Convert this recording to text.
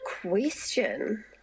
question